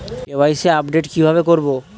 KYC update কি ভাবে করবো?